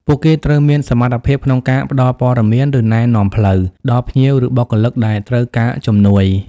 ពួកគេត្រូវមានសមត្ថភាពក្នុងការ ផ្ដល់ព័ត៌មាន ឬណែនាំផ្លូវ ដល់ភ្ញៀវ ឬបុគ្គលិកដែលត្រូវការជំនួយ។